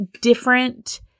different